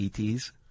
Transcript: ETs